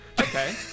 Okay